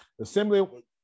Assembly